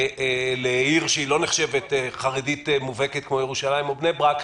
לעיר שלא נחשבת חרדית מובהקת כמו ירושלים או בני ברק.